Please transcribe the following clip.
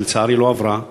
שלצערי לא עברה.